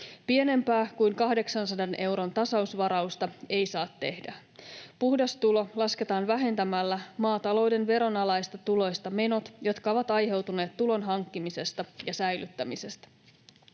Pienempää kuin 800 euron tasausvarausta ei saa tehdä. Puhdas tulo lasketaan vähentämällä maatalouden veronalaisista tuloista menot, jotka ovat aiheutuneet tulon hankkimisesta ja säilyttämisestä.